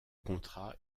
contrat